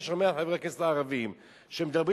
כשאני שומע את חברי הכנסת הערבים שמדברים